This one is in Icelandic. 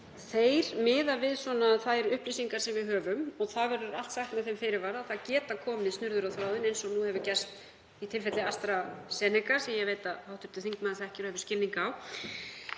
miða við þær upplýsingar sem við höfum. Það verður allt sagt með þeim fyrirvara að það geta komið snurður á þráðinn, eins og nú hefur gerst í tilfelli AstraZeneca, sem ég veit að hv. þingmaður þekkir og hefur skilning á,